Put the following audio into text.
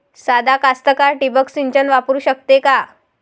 सादा कास्तकार ठिंबक सिंचन वापरू शकते का?